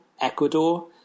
Ecuador